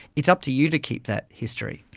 it's up to you to keep that history.